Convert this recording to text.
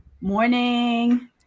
Morning